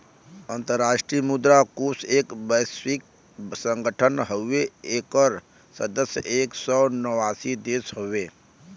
अंतराष्ट्रीय मुद्रा कोष एक वैश्विक संगठन हउवे एकर सदस्य एक सौ नवासी देश हउवे